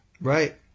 Right